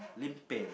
lim-peh